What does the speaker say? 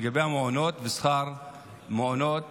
לגבי המעונות ושכר המעונות